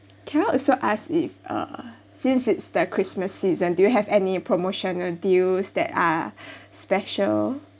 can I also ask if uh since it's the christmas season do you have any promotional deals that are special